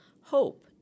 hope